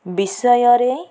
ବିଷୟରେ